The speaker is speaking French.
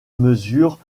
mesure